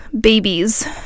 babies